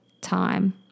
time